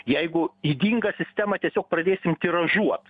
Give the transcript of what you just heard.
jeigu ydingą sistemą tiesiog pradėsim tiražuot